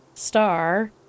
star